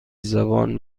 زبان